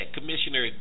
Commissioner